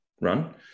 run